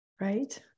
right